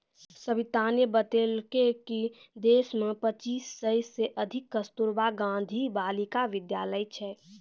सविताने बतेलकै कि देश मे पच्चीस सय से अधिक कस्तूरबा गांधी बालिका विद्यालय छै